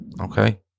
Okay